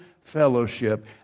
fellowship